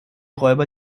räuber